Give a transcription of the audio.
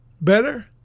better